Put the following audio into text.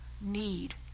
need